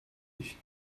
ich